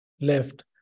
left